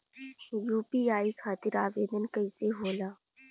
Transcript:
UPI खातिर आवेदन कैसे होला?